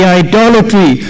idolatry